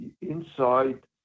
inside